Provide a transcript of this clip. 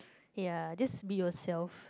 ya just be yourself